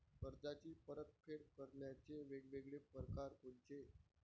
कर्जाची परतफेड करण्याचे वेगवेगळ परकार कोनचे?